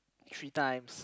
three times